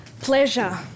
pleasure